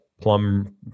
plum